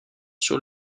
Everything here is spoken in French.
sur